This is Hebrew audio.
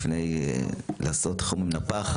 בתוקף סמכותי לפי סעיף 3א(ו) לחוק